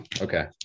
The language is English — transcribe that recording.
Okay